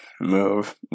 move